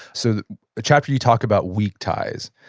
so a chapter you talked about weak ties.